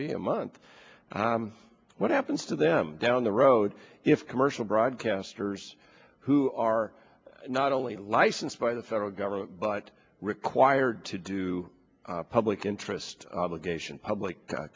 be a month what happens to them down the road if commercial broadcasters who are not only licensed by the federal government but required to do public interest obligation public